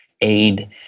aid